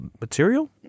material